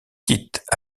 quittent